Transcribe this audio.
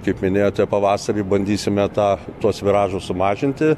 kaip minėjote pavasarį bandysime tą tuos viražus sumažinti